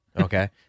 Okay